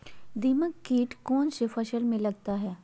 दीमक किट कौन कौन फसल में लगता है?